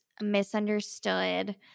misunderstood